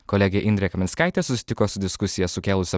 kolegė indrė kaminskaitė susitiko su diskusiją sukėlusio